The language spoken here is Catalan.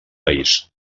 país